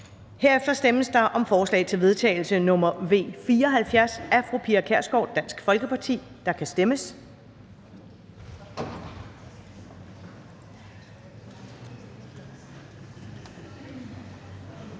Herefter stemmes der om forslag til vedtagelse nr. V 74 af Pia Kjærsgaard (DF), og der kan stemmes.